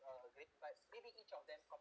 uh great fights maybe each of them com~